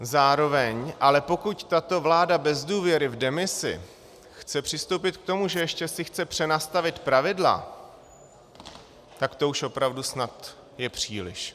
Zároveň ale pokud tato vláda bez důvěry, v demisi, chce přistoupit k tomu, že si ještě chce přenastavit pravidla, tak to už opravdu je snad příliš.